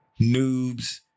Noobs